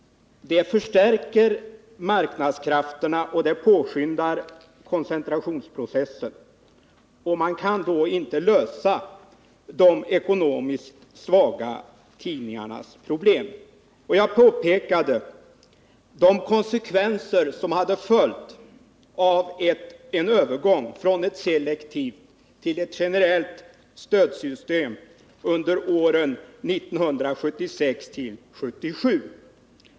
Det förstärker marknadskrafterna och påskyndar koncentrationsprocessen. Man kan då inte lösa de ekonomiskt svaga tidningarnas problem. Jag pekade på de konsekvenser som hade följt av en övergång från ett selektivt till ett generellt stödsystem under åren 1976 och 1977.